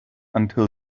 until